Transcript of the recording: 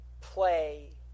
play